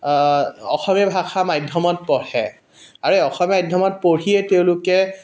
অসমীয়া ভাষা মাধ্যমত পঢ়ে আৰু এই অসমীয়া ভাষা মাধ্যমত পঢ়িয়ে তেওঁলোকে